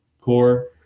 core